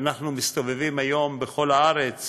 אנחנו מסתובבים היום בכל הארץ